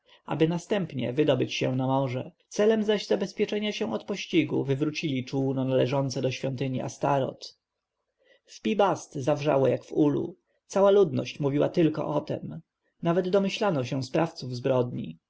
aby następnie wydobyć się na morze celem zaś zabezpieczenia się od pościgu wywrócili czółno należące do świątyni astoreth w pi-bast zawrzało jak w ulu cała ludność mówiła tylko o tem nawet domyślano się sprawców zbrodni